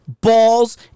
balls